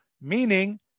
meaning